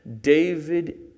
David